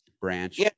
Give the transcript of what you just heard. branch